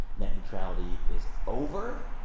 net neutrality is over.